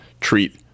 treat